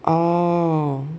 orh